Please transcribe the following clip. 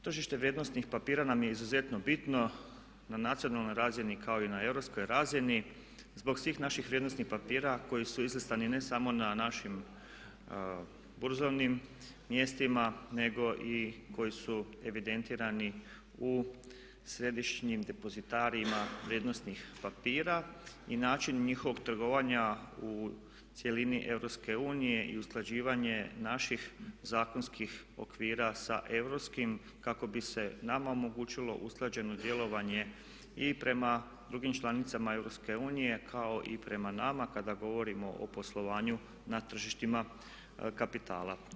Tržište vrijednosnih papira izuzetno nam je bitno na nacionalnoj razini kao i na europskoj razini zbog svih naših vrijednosnih papira koji su izaslani ne samo na našim burzovnim mjestima nego i koji su evidentirani u središnjim depozitarima vrijednosnih papira i način njihovog trgovanja u cjelini EU i usklađivanje naših zakonskih okvira sa europskim kako bi se nama omogućilo usklađeno djelovanje i prema drugim članicama EU kao i prema nama kada govorimo o poslovanju na tržištima kapitala.